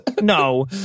no